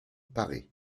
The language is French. paré